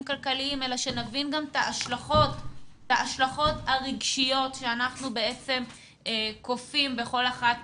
כלכליים אלא שנבין גם את ההשלכות הרגשיות שאנחנו בעצם כופים בכל אחת